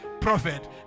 prophet